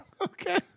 Okay